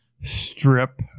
strip